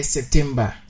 September